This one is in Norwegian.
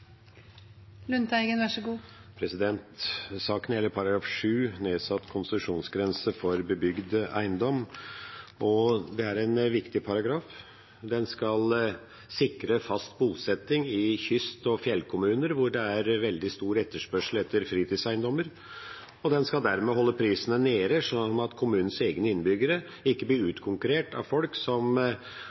skal sikre fast bosetting i kyst- og fjellkommuner, hvor det er veldig stor etterspørsel etter fritidseiendommer, og den skal dermed holde prisene nede, sånn at kommunens egne innbyggere ikke blir utkonkurrert av folk som